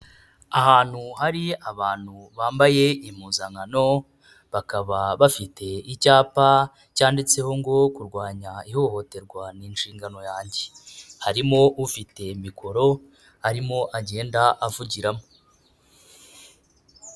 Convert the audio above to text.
Ahantu hari abantu bambaye impuzankano, bakaba bafite icyapa cyanditseho ngo kurwanya ihohoterwa ni inshingano yanjye, harimo ufite mikoro arimo agenda avugiramo.